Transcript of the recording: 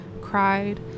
cried